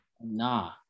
nah